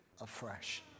afresh